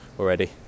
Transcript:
already